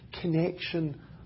connection